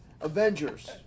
Avengers